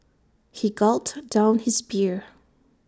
he gulped down his beer